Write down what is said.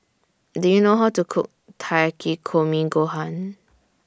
Do YOU know How to Cook Takikomi Gohan